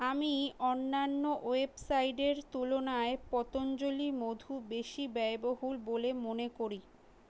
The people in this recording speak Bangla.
আমি অন্যান্য ওয়েবসাইটের তুলনায় পতঞ্জলি মধু বেশি ব্যয়বহুল বলে মনে করি